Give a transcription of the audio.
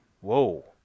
Whoa